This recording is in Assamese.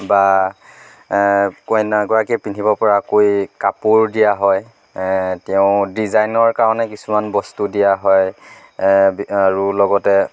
বা কইনাগৰাকীয়ে পিন্ধিব পৰাকৈ কাপোৰ দিয়া হয় তেওঁ ডিজাইনৰ কাৰণে কিছুমান বস্তু দিয়া হয় আৰু লগতে